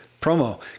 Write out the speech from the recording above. promo